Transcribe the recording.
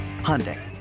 Hyundai